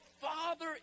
father